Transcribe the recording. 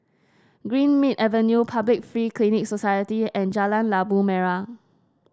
Greenmead Avenue Public Free Clinic Society and Jalan Labu Merah